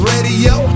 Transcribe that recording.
Radio